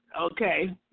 okay